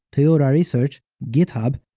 toyota research, github,